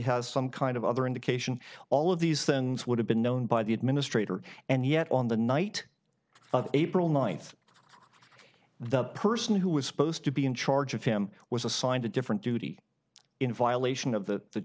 has some kind of other indication all of these things would have been known by the administrator and yet on the night of april ninth the person who was supposed to be in charge of him was assigned a different duty in violation of the